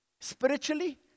spiritually